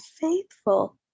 faithful